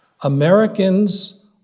Americans